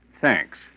Thanks